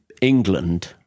England